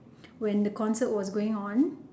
when the concert was going on